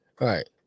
Right